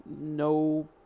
No